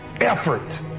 Effort